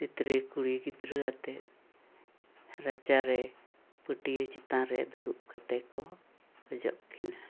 ᱛᱤᱛᱨᱤ ᱠᱩᱲᱤ ᱜᱤᱫᱽᱨᱟᱹ ᱟᱛᱮᱫ ᱨᱟᱪᱟᱨᱮ ᱯᱟᱹᱴᱭᱟ ᱪᱮᱛᱟᱱ ᱨᱮ ᱫᱩᱲᱩᱵ ᱠᱟᱛᱮᱠᱚ ᱚᱡᱚᱜ ᱠᱤᱱᱟ